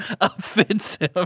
offensive